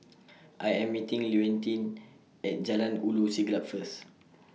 I Am meeting Leontine At Jalan Ulu Siglap First